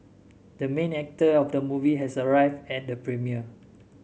the main actor of the movie has arrived at the premiere